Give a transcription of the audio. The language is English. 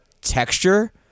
texture